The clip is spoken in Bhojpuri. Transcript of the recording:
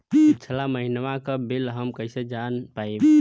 पिछला महिनवा क बिल हम कईसे जान पाइब?